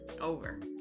over